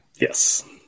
Yes